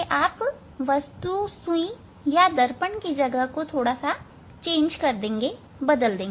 आप वस्तु सुई या दर्पण की जगह को बदल देंगे